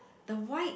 the white